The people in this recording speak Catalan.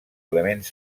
elements